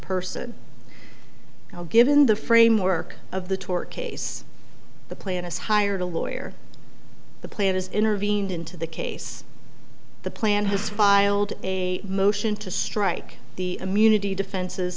person given the framework of the tort case the planets hired a lawyer the plan has intervened into the case the plan has filed a motion to strike the immunity defenses